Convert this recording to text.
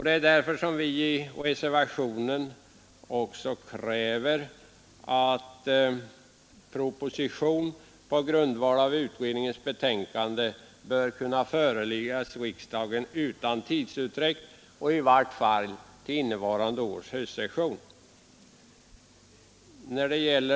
Det är därför som vi i reservationen kräver att den proposition som bygger på utredningens betänkande måtte föreläggas riksdagen utan tidsutdräkt och i varje fall till innevarande års höstsession.